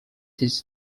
his